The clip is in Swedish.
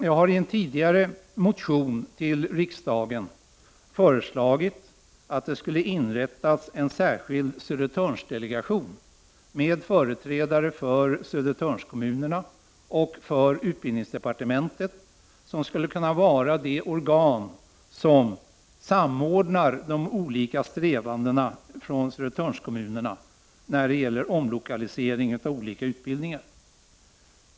Jag har i en tidigare motion till riksdagen föreslagit att det skulle inrättas en särskild Södertörnsdelegation med företrädare för Södertörnskommunerna och för utbildningsdepartementet som skulle kunna vara det organ som samordnar de olika strävandena hos Södertörnskommunerna när det gäller omlokalisering av olika utbildningar.